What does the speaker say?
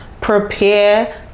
prepare